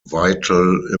vital